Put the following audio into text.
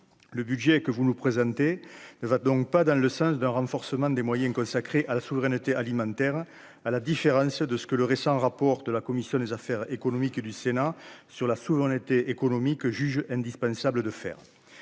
le budget que vous nous présentez ne va donc pas dans le sens d'un renforcement des moyens consacrés à la souveraineté alimentaire, à la différence de ce que le récent rapport de la commission des affaires économiques du Sénat sur la souvent été économique jugent indispensable de faire